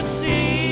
see